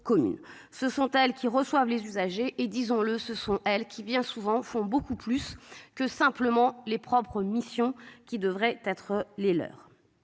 Ce sont elles qui reçoivent les usagers et disons-le, ce sont elles qui bien souvent font beaucoup plus que simplement les propres missions qui devraient être les leurs.